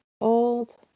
old